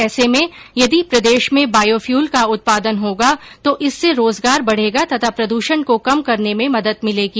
ऐसे में यदि प्रदेश में बायोफयूल का उत्पादन होगा तो इससे रोजगार बढेगा तथा प्रदूषण को कम करने में मदद मिलेगी